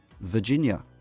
Virginia